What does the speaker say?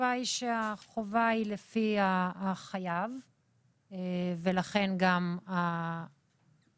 התשובה היא שהחובה היא לפי החייב ולכן גם התקנות